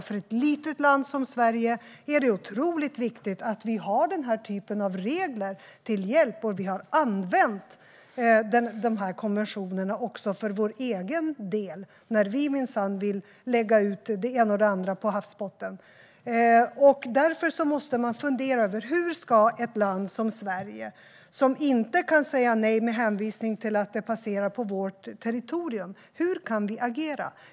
För ett litet land som Sverige är det otroligt viktigt att vi har den här typen av regler till hjälp, och vi har använt dessa konventioner också för vår egen del när vi har velat lägga det ena och det andra på havsbotten. Man måste därför fundera över hur ett land som Sverige kan agera när vi inte kan säga nej med hänvisning till att det passerar vårt territorium.